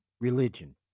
religion